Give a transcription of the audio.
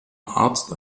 arzt